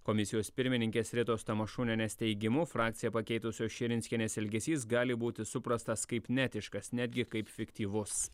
komisijos pirmininkės ritos tamašunienės teigimu frakciją pakeitusios širinskienės elgesys gali būti suprastas kaip neetiškas netgi kaip fiktyvus